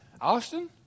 Austin